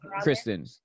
Kristen